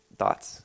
thoughts